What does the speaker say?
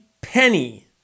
penny